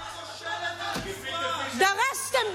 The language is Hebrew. ממשלה כושלת ומופרעת, דרסתם.